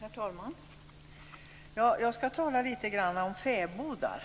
Herr talman! Jag skall tala litet grand om fäbodar.